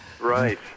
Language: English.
Right